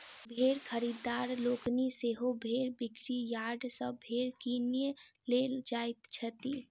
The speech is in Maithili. भेंड़ खरीददार लोकनि सेहो भेंड़ बिक्री यार्ड सॅ भेंड़ किनय लेल जाइत छथि